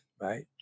right